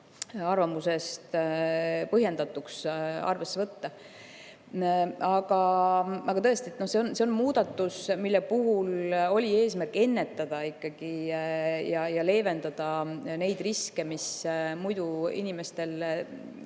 arvamusest arvesse võtta. Aga tõesti, see on muudatus, mille puhul on eesmärk ennetada ja leevendada neid riske, mis muidu inimestel